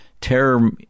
terror